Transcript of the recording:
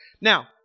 Now